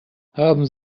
haben